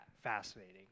fascinating